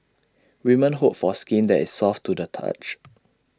women hope for skin that is soft to the touch